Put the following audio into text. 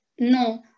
No